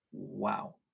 Wow